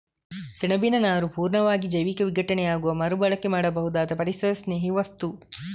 ಸೆಣಬಿನ ನಾರು ಪೂರ್ಣವಾಗಿ ಜೈವಿಕ ವಿಘಟನೆಯಾಗುವ ಮರು ಬಳಕೆ ಮಾಡಬಹುದಾದ ಪರಿಸರಸ್ನೇಹಿ ವಸ್ತು